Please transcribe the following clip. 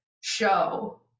show